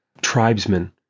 tribesmen